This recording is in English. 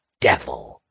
devil